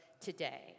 today